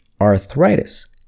arthritis